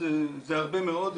אז זה הרבה מאוד,